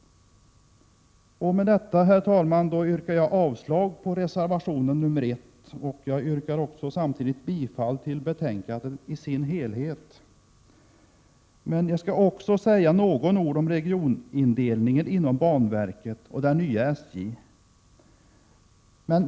Med detta, herr talman, yrkar jag avslag på reservation 1 och bifall till utskottets hemställan i dess helhet. Jag skall säga några ord om regionindelningen inom banverket och det nya SJ.